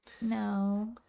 no